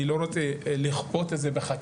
אני לא רוצה לכפות את זה בחקיקה,